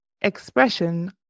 expression